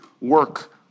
work